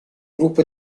gruppo